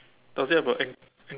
does it have a anch~ anch~